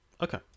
Okay